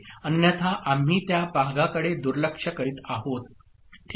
अन्यथा आम्ही त्या भागाकडे दुर्लक्ष करीत आहोत ठीक आहे